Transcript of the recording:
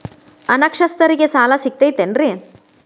ಅನಕ್ಷರಸ್ಥರಿಗ ಸಾಲ ಸಿಗತೈತೇನ್ರಿ?